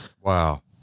Wow